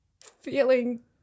feeling